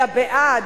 אלא בעד,